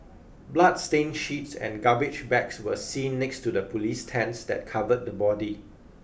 bloodstained sheets and garbage bags were seen next to the police tents that covered the body